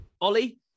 ollie